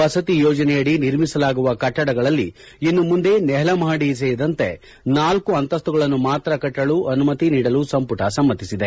ವಸತಿ ಯೋಜನೆಯಡಿ ನಿರ್ಮಿಸಲಾಗುವ ಕಟ್ಟಡಗಳಲ್ಲಿ ಇನ್ನು ಮುಂದೆ ನೆಲಮಹಡಿ ಸೇರಿದಂತೆ ನಾಲ್ಕ ಅಂತಸ್ತುಗಳನ್ನು ಮಾತ್ರ ಕಟ್ಟಲು ಅನುಮತಿ ನೀಡಲು ಸಂಪುಟ ಸಮ್ಮತಿಸಿದೆ